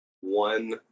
one